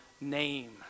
name